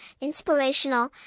inspirational